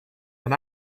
and